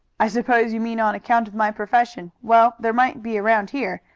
i suppose you mean on account of my profession. well, there might be around here,